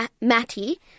Matty